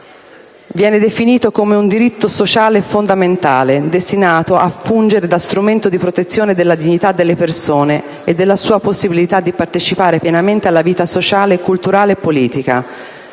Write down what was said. viene definito come un diritto sociale fondamentale, destinato a fungere da strumento di protezione della dignità della persona e della sua «possibilità di partecipare pienamente alla vita sociale, culturale e politica»;